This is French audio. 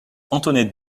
antoinette